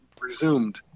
resumed